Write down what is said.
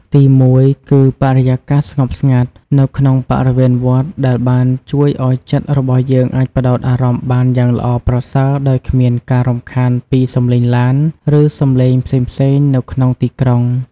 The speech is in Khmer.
ទីមួយគឺ បរិយាកាសស្ងប់ស្ងាត់ នៅក្នុងបរិវេណវត្តដែលបានជួយឱ្យចិត្តរបស់យើងអាចផ្តោតអារម្មណ៍បានយ៉ាងល្អប្រសើរដោយគ្មានការរំខានពីសំឡេងឡាន ឬសំឡេងផ្សេងៗនៅក្នុងទីក្រុង។